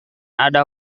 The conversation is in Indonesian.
ada